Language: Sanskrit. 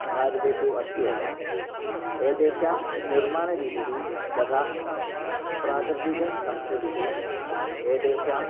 भारते तु अस्ति एव एतेषां निर्माणरीतिः तथा प्राकृतिकसंस्कृति एतेषां